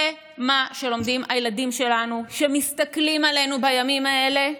זה מה שלומדים הילדים שלנו שמסתכלים עלינו בימים האלה,